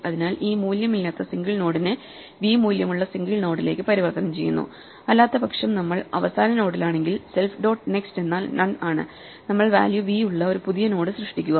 അതിനാൽ ഈ മൂല്യമില്ലാത്ത സിംഗിൾ നോഡിനെ v മൂല്യമുള്ള സിംഗിൾ നോഡിലേക്ക് പരിവർത്തനം ചെയ്യുന്നു അല്ലാത്തപക്ഷം നമ്മൾ അവസാന നോഡിലാണെങ്കിൽ സെൽഫ് ഡോട്ട് നെക്സ്റ്റ് എന്നാൽ നൺ ആണ് നമ്മൾ വാല്യൂ വി ഉള്ള ഒരു പുതിയ നോഡ് സൃഷ്ടിക്കുക